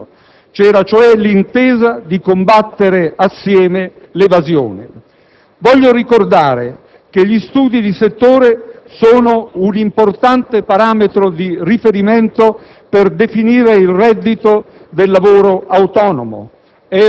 Quell'accordo prevedeva, tra l'altro, l'aggiornamento degli studi di settore, la definizione comune dell'istituto di normalità economica per individuare le anomalie che